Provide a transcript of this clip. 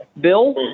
Bill